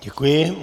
Děkuji.